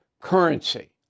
currency